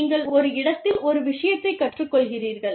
நீங்கள் ஒரு இடத்தில் ஒரு விஷயத்தைக் கற்றுக்கொள்கிறீர்கள்